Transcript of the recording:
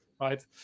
Right